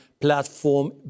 platform